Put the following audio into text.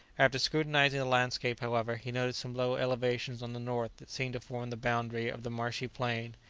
after scrutinizing the landscape, however, he noticed some low elevations on the north that seemed to form the boundary of the marshy plain.